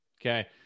Okay